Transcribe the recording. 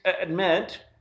admit